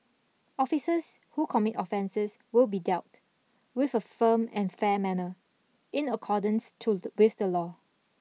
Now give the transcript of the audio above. officers who commit offences will be dealt with a firm and fair manner in accordance to with the law